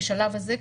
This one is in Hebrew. בשלב הזה,